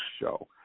show